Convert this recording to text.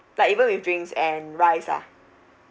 like even with drinks and rice lah